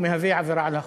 הוא מהווה עבירה על החוק,